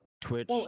Twitch